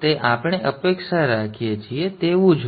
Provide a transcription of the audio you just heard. તે આપણે અપેક્ષા રાખીએ છીએ તેવું જ હશે